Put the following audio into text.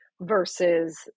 versus